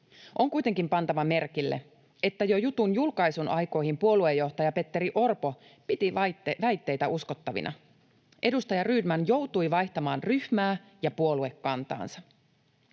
On kuitenkin pantava merkille, että jo jutun julkaisun aikoihin puoluejohtaja Petteri Orpo piti väitteitä uskottavina, ja edustaja Rydman joutui vaihtamaan ryhmää ja puoluekantaansa.